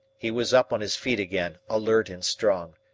he was up on his feet again, alert and strong.